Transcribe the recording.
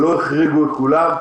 שלא החריגו את כולם.